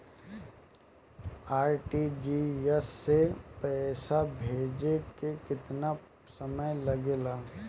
RTGS से पैसा भेजे में केतना समय लगे ला?